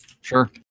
Sure